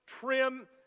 trim